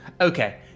Okay